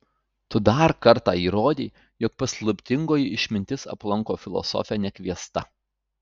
tu dar kartą įrodei jog paslaptingoji išmintis aplanko filosofę nekviesta